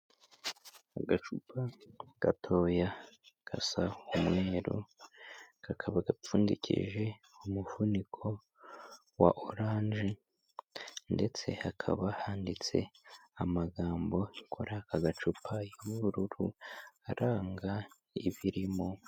Agacupa gatoya gasa umweru, kakaba gapfundikije umuvuniko wa oranje ndetse hakaba handitse amagambo kuri aka agacupa y'ubururu, aranga ibirimo.